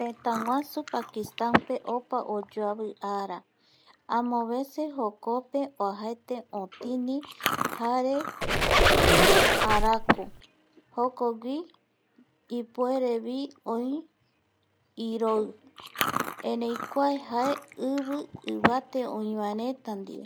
Tëtäguasu Pakistan pe opa oyoavi ara amovece jokope oajete otini jare araku, jokgui ipuerevi oi iroi, erei kua jae ivi ivate oïvaretape